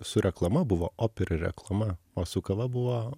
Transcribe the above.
su reklama buvo op ir reklama o su kava buvo